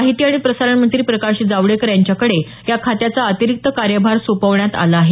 माहिती आणि प्रसारण मंत्री प्रकाश जावडेकर यांच्याकडे या खात्याचा अतिरिक्त कार्यभार सोपवण्यात आला आहे